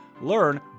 learn